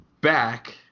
back